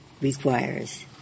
requires